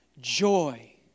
joy